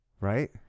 Right